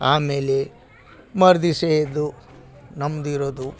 ಆಮೇಲೆ ಮರು ದಿವ್ಸ ಎದ್ದು ನಮ್ದು ಇರೋದು